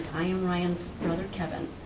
i am ryan's brother, kevin.